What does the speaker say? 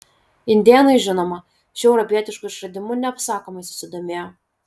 indėnai žinoma šiuo europietišku išradimu neapsakomai susidomėjo